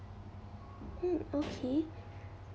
mm okay